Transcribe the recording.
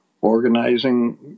organizing